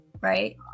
Right